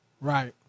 Right